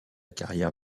carrière